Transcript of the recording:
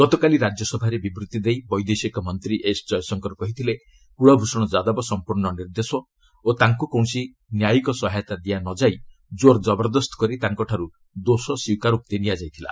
ଗତକାଲି ରାଜ୍ୟସଭାରେ ବିବୃତ୍ତି ଦେଇ ବୈଦେଶିକ ମନ୍ତ୍ରୀ ଏସ୍ ଜୟଶଙ୍କର କହିଥିଲେ କ୍ରଲ୍ଭ୍ଷଣ ଯାଦବ ସମ୍ପର୍ଶ୍ଣ ନିର୍ଦୋଷ ଓ ତାଙ୍କୁ କୌଣସି ନ୍ୟାୟିକ ସହାୟତା ଦିଆ ନ ଯାଇ ଜୋର୍ ଜବରଦସ୍ତ କରି ତାଙ୍କଠାରୁ ଦୋଷ ସ୍ୱୀକାରୋକ୍ତି ନିଆଯାଇଥିଲା